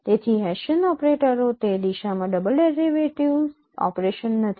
તેથી હેસિયન ઓપરેટરો તે દિશામાં ડબલ ડેરિવેટિવ ઓપરેશન્સ નથી